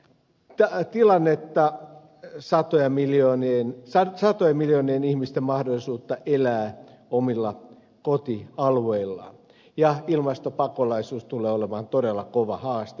tähän tilaan että satojen kansainvälistä tilannetta satojen miljoonien ihmisten mahdollisuutta elää omilla kotialueillaan ja ilmastopakolaisuus tulee olemaan todella kova haaste